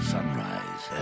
Sunrise